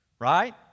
right